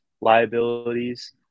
liabilities